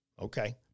Okay